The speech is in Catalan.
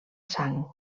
sang